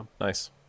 Nice